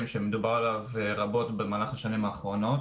שדובר עליו רבות במהלך השנים האחרונות.